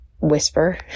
whisper